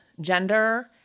gender